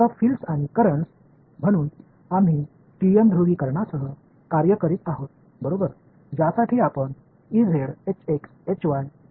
இப்போது புலங்கள் மற்றும் மின்னோட்டங்கள் எனவே TM போலாரிசஷன்ஸ் நாம் செயல்படுகிறோம் இதைத்தான் நாங்கள் சொன்னோம்